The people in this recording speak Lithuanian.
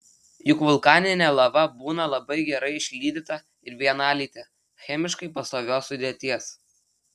juk vulkaninė lava būna labai gerai išlydyta ir vienalytė chemiškai pastovios sudėties